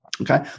Okay